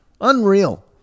Unreal